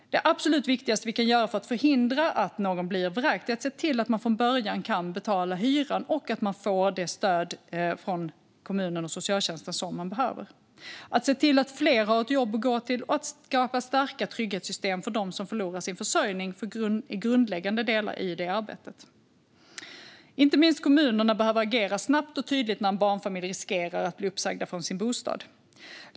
Det absolut viktigaste vi kan göra för att förhindra att någon blir vräkt är att se till att personen redan från början kan betala sin hyra och att personen får det stöd från kommunen och socialtjänsten som behövs. Att se till att fler har ett jobb att gå till och att skapa starka trygghetssystem för dem som förlorar sin försörjning är grundläggande delar i det arbetet. Inte minst kommunerna behöver agera snabbt och tydligt när en barnfamilj riskerar att bli uppsagd från sin bostad.